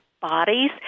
bodies